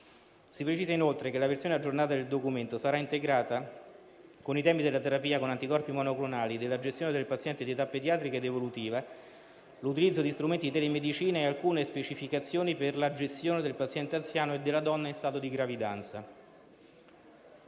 Si precisa inoltre che la versione aggiornata del documento sarà integrata con i tempi della terapia con anticorpi monoclonali, della gestione del paziente di età pediatrica ed evolutiva, con l'utilizzo di strumenti telemedicina e alcune specificazioni per la gestione del paziente anziano e della donna in stato di gravidanza.